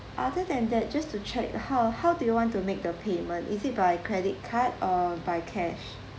other than that just to check how how do you want to make the payment is it by credit card or by cash